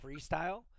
freestyle